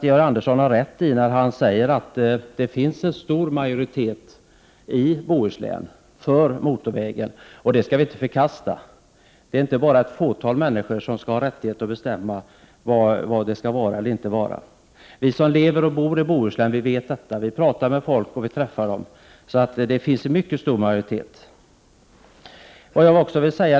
Georg Andersson har rätt då han säger att det finns en stor majoritet i Bohuslän för motorvägen. Den kan vi inte förkasta. Det är inte bara ett fåtal människor som skall ha rätt att bestämma vad som skall byggas. Vi som lever och bor i Bohuslän känner till detta; vi talar med folk och vet att det finns en mycket stor majoritet för motorvägen.